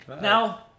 Now